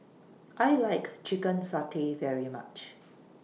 I like Chicken Satay very much